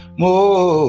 more